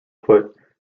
put